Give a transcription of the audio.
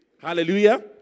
Hallelujah